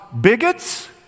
bigots